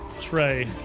Trey